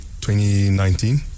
2019